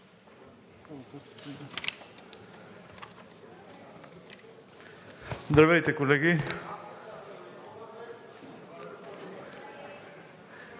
Здравейте, колеги!